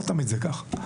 לא תמיד זה כך.